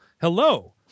Hello